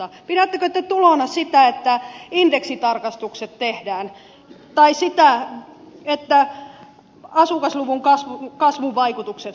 pidättekö te tulona sitä että indeksitarkistukset tehdään tai sitä että asukasluvun kasvun vaikutukset huomioidaan